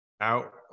out